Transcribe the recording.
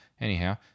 Anyhow